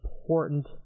important